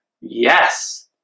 Yes